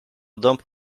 dąb